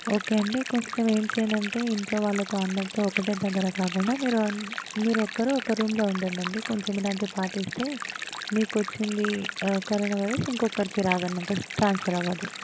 okay అండి కొంచెం ఏం చేయాలంటే ఇంట్లో వాళ్ళతో అందరితో ఒకటే దగ్గర కాకుండా మీరు ఒక్కరు ఒక్క రూమ్లో ఉండండండి కొంచెం ఇలాంటివి పాటిస్తే మీకు వచ్చింది కరోనా వైరస్ ఇంకొక్కరికి రాదన్నట్టు ట్రాన్స్ఫర్ అవ్వదు